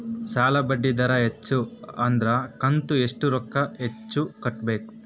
ಸಾಲಾ ಬಡ್ಡಿ ದರ ಹೆಚ್ಚ ಆದ್ರ ಕಂತ ಎಷ್ಟ ರೊಕ್ಕ ಹೆಚ್ಚ ಕಟ್ಟಬೇಕು?